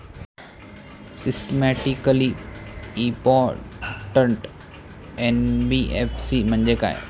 Systematically important NBFC म्हणजे काय?